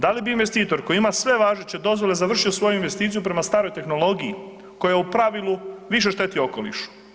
Da li bi investitor koji ima sve važeće dozvole završio svoju investiciju prema staroj tehnologiji koja u pravilu više šteti okolišu?